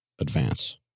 advance